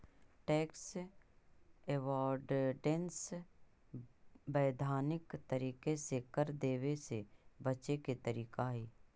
tax avoidance वैधानिक तरीका से कर देवे से बचे के तरीका हई